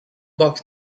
box